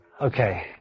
Okay